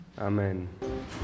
Amen